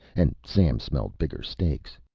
and sam smelled bigger stakes.